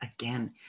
again